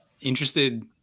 Interested